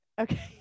okay